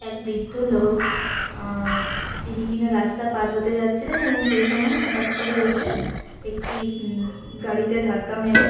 এক বৃদ্ধ লোক যিনি কিনা রাস্তা পার হতে যাচ্ছিলেন এবং সেই সময়ে হঠাৎ করে এসে একটি গাড়িতে ধাক্কা মেরে